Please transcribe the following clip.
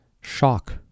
shock